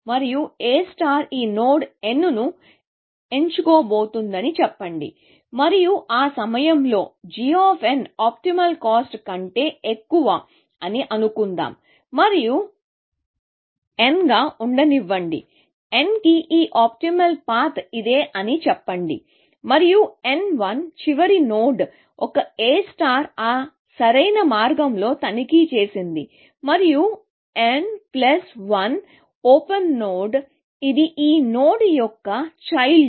మరియు A ఈ node n ను ఎంచుకోబోతోందని చెప్పండి మరియు ఆ సమయంలో g ఆప్టిమల్ కాస్ట్ కంటే ఎక్కువ అని అనుకుందాం మరియు nl గా ఉండనివ్వండి n కి ఈ ఆప్టిమల్ పాత్ ఇదే అని చెప్పండి మరియు nl చివరి నోడ్ ఒక A ఆ సరైన మార్గంలో తనిఖీ చేసింది మరియు nl plus one open node ఇది ఈ నోడ్ యొక్క చైల్డ్